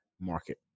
market